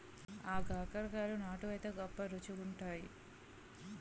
ఆగాకరకాయలు నాటు వైతే గొప్ప రుచిగుంతాయి